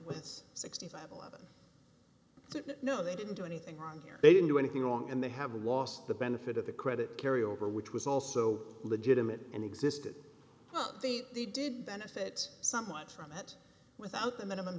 with sixty five eleven no they didn't do anything wrong here they didn't do anything wrong and they haven't lost the benefit of the credit carry over which was also legitimate and existed but they did benefit somewhat from it without the minimum